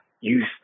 use